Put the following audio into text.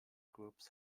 groups